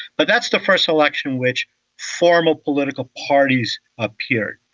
but that's the first election which formal political parties appear.